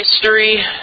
history